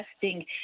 testing